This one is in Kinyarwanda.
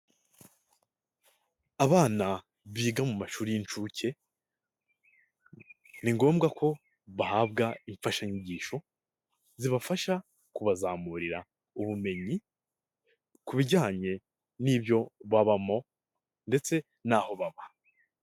Abana biga mu mashuri y'incuke, ni ngombwa ko bahabwa imfashanyigisho zibafasha kubazamurira ubumenyi ku bijyanye n'ibyo babamo, ndetse n'aho baba.